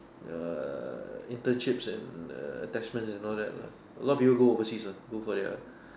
the internships and err attachment and all that lah what a lot of people go overseas what go for their